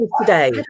today